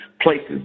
places